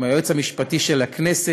עם היועץ המשפטי של הכנסת